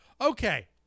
Okay